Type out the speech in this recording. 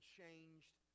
changed